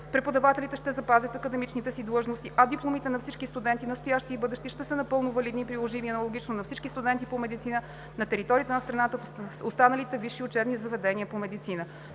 Преподавателите ще запазят академичните си длъжности, а дипломите на всички студенти – настоящи и бъдещи, ще са напълно валидни и приложими, аналогично на всички студенти по медицина на територията на страната в останалите висши учебни заведения по медицина.